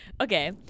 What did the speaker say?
Okay